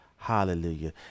Hallelujah